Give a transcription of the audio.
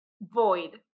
void